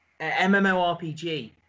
MMORPG